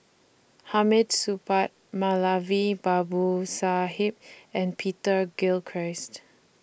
Hamid Supaat Moulavi Babu Sahib and Peter Gilchrist